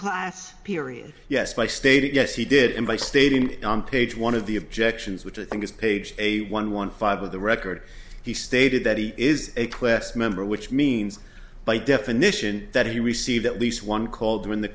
class period yes i stated yes he did and by stating it on page one of the objections which i think is page a one one five of the record he stated that he is a qwest member which means by definition that he received at least one called when the